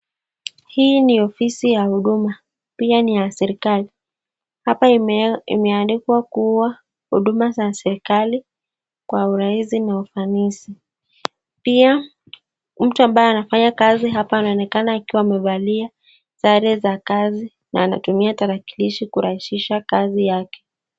Hii ni ofisi ya huduma pia ni ya serikali. Hapa imeandikwa kuwa huduma za serikali kwa urahisi na ufanisi. Pia mtu ambaye anafanya kazi hapa anaonekana akiwa amevalia sare za kazi na anatumia tarakilishi kurahisisha kazi yake.